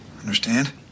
Understand